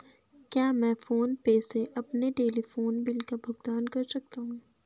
क्या मैं फोन पे से अपने टेलीफोन बिल का भुगतान कर सकता हूँ?